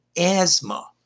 asthma